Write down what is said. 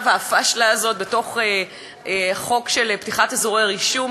והפשלה הזאת בחוק של פתיחת אזורי רישום,